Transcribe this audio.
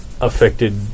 affected